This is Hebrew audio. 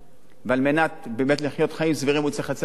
ועל מנת באמת לחיות חיים סבירים הוא צריך לצאת לעבודה.